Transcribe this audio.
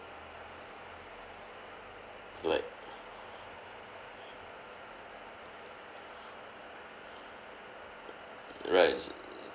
like right